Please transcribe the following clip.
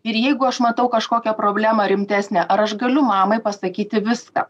ir jeigu aš matau kažkokią problemą rimtesnę ar aš galiu mamai pasakyti viską